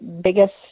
biggest